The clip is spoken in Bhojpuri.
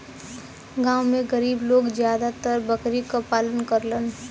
गांव में गरीब लोग जादातर बकरी क पालन करलन